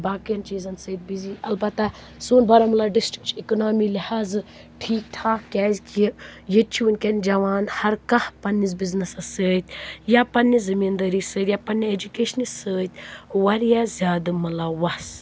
باقِیَن چیٖزَن سۭتۍ بِزِی البتہ سون بارہمولہ ڈِسٹرک چھِ اِکنامی لحاظ ٹھیٖک ٹھاک کیٛازِ کہ ییٚتہِ چھِ وُنکیٚن جوان ہر کانٛہہ پَنٛنِس بِزنٮ۪سَس سۭتۍ یا پَنٛنہِ زٔمیٖن دٲری سۭتۍ یا پَنٛنہِ ایٚجُوٗکیشنہِ سۭتۍ واریاہ زیادٕ مُلَوَث